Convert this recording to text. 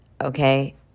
okay